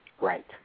Right